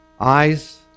eyes